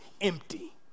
empty